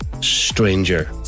stranger